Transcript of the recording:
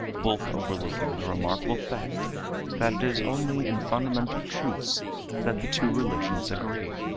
both overlooking the remarkable fact that it is only in fundamental truths that the two religions agree,